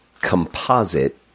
composite